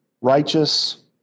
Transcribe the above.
righteous